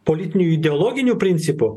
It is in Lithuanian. politinių ideologinių principų